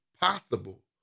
possible